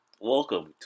Welcome